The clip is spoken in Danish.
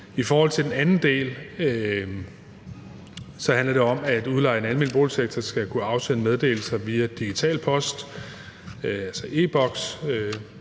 I forhold til den anden del handler det om, at udlejere i den almene boligsektor skal kunne afsende meddelelser via digital post, altså e-Boks.